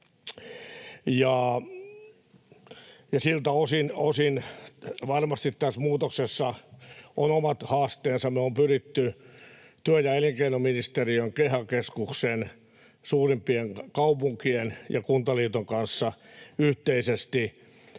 siltä osin varmasti tässä muutoksessa on omat haasteensa. Me ollaan pyritty työ- ja elinkeinoministeriön, KEHA-keskuksen, suurimpien kaupunkien ja Kuntaliiton kanssa yhteisesti